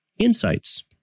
insights